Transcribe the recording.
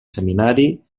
seminari